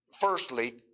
firstly